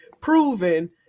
proven